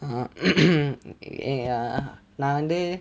uh (uh huh) நான் வந்து:naan vanthu